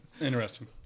Interesting